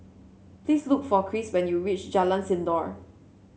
please look for Cris when you reach Jalan Sindor